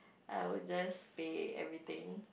I would just pay everything